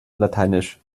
lat